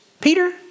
Peter